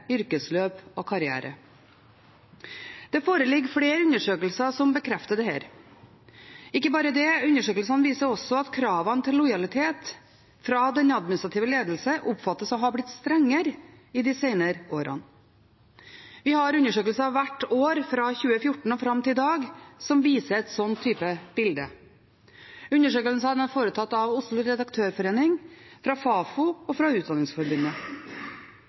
yrkesløp og karriere. Det foreligger flere undersøkelser som bekrefter dette. Men ikke bare det – undersøkelsene viser også at kravene til lojalitet fra den administrative ledelsen oppfattes å ha blitt strengere de senere årene. Vi har undersøkelser hvert år fra 2014 og fram til i dag som viser et slikt bilde. Undersøkelsene er foretatt av Oslo Redaktørforening, av Fafo og av Utdanningsforbundet.